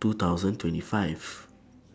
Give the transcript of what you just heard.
two thousand twenty five